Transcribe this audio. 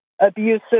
abusive